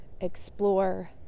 explore